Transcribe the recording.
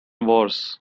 wars